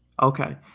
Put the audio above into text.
Okay